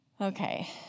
Okay